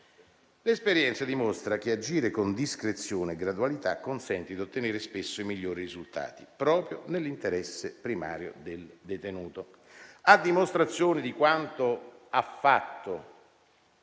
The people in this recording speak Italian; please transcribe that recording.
L'esperienza dimostra che agire con discrezione e gradualità consente di ottenere spesso i migliori risultati, proprio nell'interesse primario del detenuto. A dimostrazione di quanto ha fatto